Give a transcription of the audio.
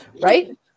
Right